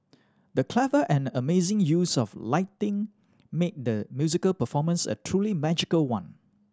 the clever and amazing use of lighting made the musical performance a truly magical one